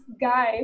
guy